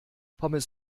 pommes